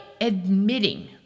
admitting